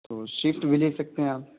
تو سوفٹ بھی لے سکتے ہیں آپ